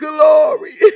Glory